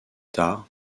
tard